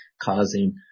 causing